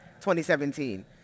2017